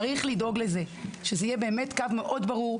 צריך לדאוג שזה יהיה קו מאוד ברור,